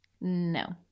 No